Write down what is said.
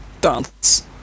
dance